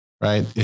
right